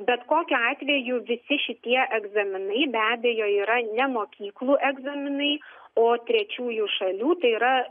bet kokiu atveju visi šitie egzaminai be abejo yra ne mokyklų egzaminai o trečiųjų šalių tai yra